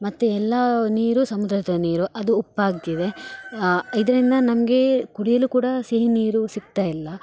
ಮತ್ತು ಎಲ್ಲ ನೀರು ಸಮುದ್ರದ ನೀರು ಅದು ಉಪ್ಪಾಗಿವೆ ಇದರಿಂದ ನಮಗೆ ಕುಡಿಯಲು ಕೂಡ ಸಿಹಿ ನೀರು ಸಿಗ್ತಾಯಿಲ್ಲ